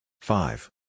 five